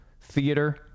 theater